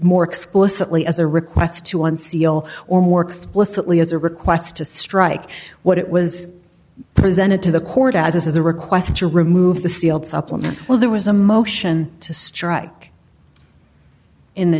more explicitly as a request to unseal or more explicitly as a request to strike what it was presented to the court as a request to remove the sealed supplement well there was a motion to strike in the